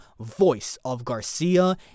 voiceofgarcia